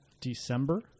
December